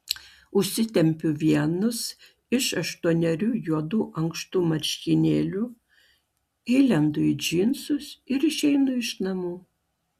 užsitempiu vienus iš aštuonerių juodų ankštų marškinėlių įlendu į džinsus ir išeinu iš namų